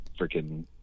freaking